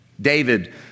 David